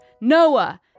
Noah